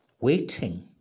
waiting